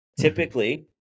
Typically